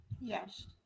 yes